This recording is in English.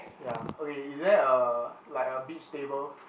ya okay is there a like a beach table